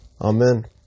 Amen